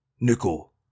nickel